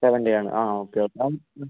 seventy ആണ് ആ okay അപ്പം